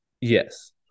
Yes